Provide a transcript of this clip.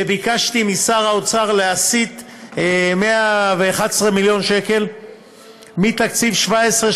וביקשתי משר האוצר להסיט 111 מיליון שקל מתקציב 2017,